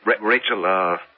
Rachel